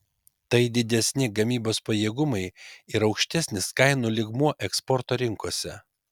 tai didesni gamybos pajėgumai ir aukštesnis kainų lygmuo eksporto rinkose